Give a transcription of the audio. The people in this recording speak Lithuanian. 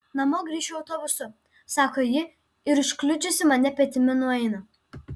namo grįšiu autobusu sako ji ir užkliudžiusi mane petimi nueina